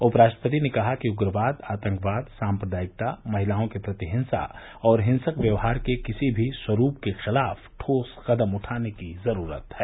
उपराष्ट्रपति ने कहा कि उग्रवाद आतंकवाद साम्प्रदायिकता महिलाओं के प्रति हिंसा और हिंसक व्यवहार के किसी भी स्वरूप के खिलाफ ढोस कदम उठाने की जरूरत है